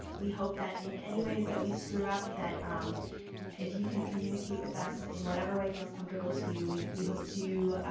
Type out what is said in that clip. we hope that in any ways that we screw up, that if you can communicate with us in whatever way feels comfortable to you, we we hope to